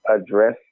address